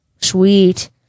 Sweet